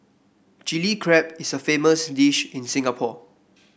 Chilli Crab is a famous dish in Singapore